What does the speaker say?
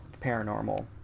paranormal